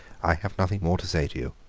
i have nothing more to say to you.